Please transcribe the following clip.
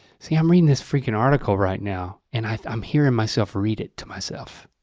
see, i'm reading this freaking article right now and i'm hearing myself read it to myself.